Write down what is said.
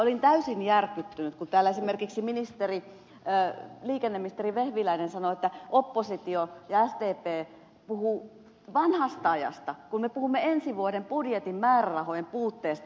olin täysin järkyttynyt kun täällä esimerkiksi liikenneministeri vehviläinen sanoi että oppositio ja sdp puhuvat vanhasta ajasta kun me puhumme ensi vuoden budjetin määrärahojen puutteesta